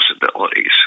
possibilities